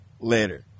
Later